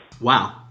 Wow